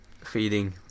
feeding